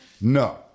No